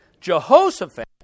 Jehoshaphat